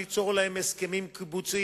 גם ליצור להם הסכמים קיבוציים.